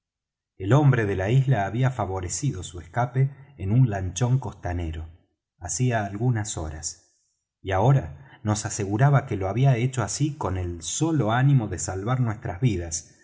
el hombre de la isla había favorecido su escape en un lanchón costanero hacía algunas horas y ahora nos aseguraba que lo había hecho así con el solo ánimo de salvar nuestras vidas